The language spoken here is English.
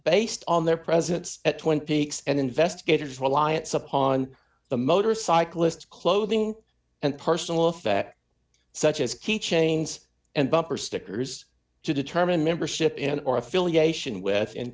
based on their presence at twenty wks and investigators reliance upon the motorcyclists clothing and personal effects such as key chains and bumper stickers to determine membership in or affiliation with and